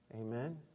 Amen